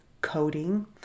coding